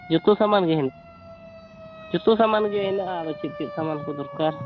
ᱡᱚᱛᱚ ᱥᱟᱢᱟᱱ ᱜᱮ ᱦᱮᱱᱟᱜᱼᱟ ᱡᱚᱛᱚ ᱥᱟᱢᱟᱱ ᱜᱮ ᱦᱮᱱᱟᱜᱼᱟ ᱟᱫᱚ ᱪᱮᱫ ᱪᱮᱫ ᱥᱟᱢᱟᱱ ᱠᱚ ᱫᱚᱨᱠᱟᱨ